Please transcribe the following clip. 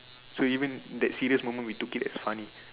so even that serious moment we took it as funny